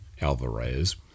Alvarez